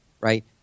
right